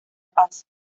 paz